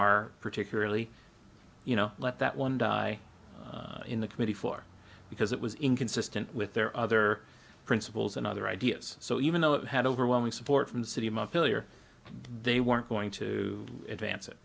are particularly you know let that one die in the committee for because it was inconsistent with their other principles and other ideas so even though it had overwhelming support from the city my failure they weren't going to advance it